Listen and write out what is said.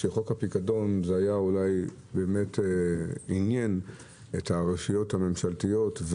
שחוק הפיקדון עניין את הרשויות הממשלתיות,